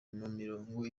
mirongo